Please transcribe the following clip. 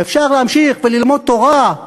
אפשר להמשיך וללמוד תורה.